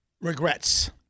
regrets